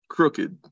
Crooked